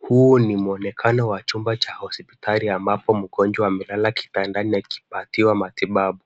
Huu ni mwonekano wa chumba cha hospitali ambapo mgonjwa amelala kitandani akipatiwa matibabu.